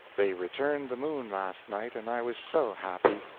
they returned the moon last night, and i was so happy!